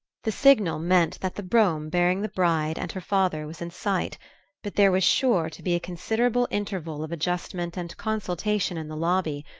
the signal meant that the brougham bearing the bride and her father was in sight but there was sure to be a considerable interval of adjustment and consultation in the lobby,